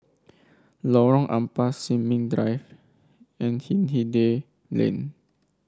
Lorong Ampas Sin Ming Drive and Hindhede Lane